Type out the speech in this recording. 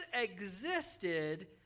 existed